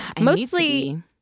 Mostly